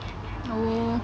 oh